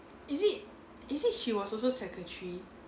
is it is it she was also secretary